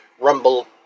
Rumble